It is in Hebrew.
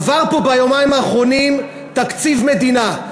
עבר פה ביומיים האחרונים תקציב מדינה,